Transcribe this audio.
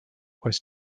was